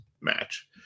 match